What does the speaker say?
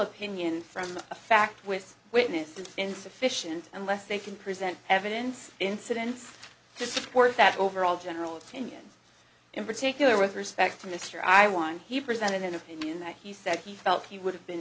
opinion from a fact with witness and insufficient unless they can present evidence incidents to support that overall general opinion in particular with respect to mr i want he presented an opinion that he said he felt he would have been